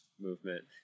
movement